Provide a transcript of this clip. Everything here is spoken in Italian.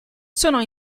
sono